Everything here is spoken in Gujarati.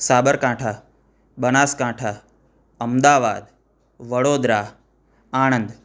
સાબરકાંઠા બનાસકાંઠા અમદાવાદ વડોદરા આણંદ